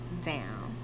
down